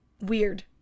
weird